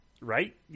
Right